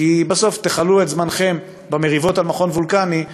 כי בסוף תכלו את זמנכם במריבות על מכון וולקני,